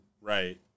Right